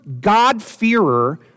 God-fearer